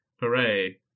Hooray